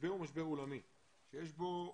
המשבר הוא משבר עולמי, שיש בו,